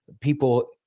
people